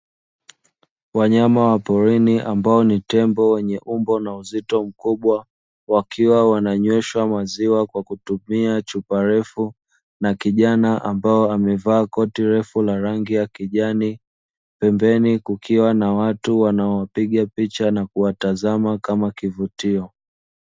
Wanyama wa porini ambao ni tembo wenye umbo na uzito mkubwa wakiwa wananyweshwa maziwa kwa kutumia chupa refu na kijana ambaye amevaa koti refu la rangi ya kijani, pembeni kukiwa na watu wanaopiga picha na kuwatazama kama kivutio.